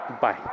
Bye